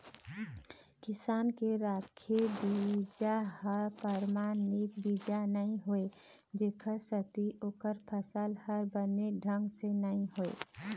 किसान के राखे बिजहा ह परमानित बीजा नइ होवय जेखर सेती ओखर फसल ह बने ढंग ले नइ होवय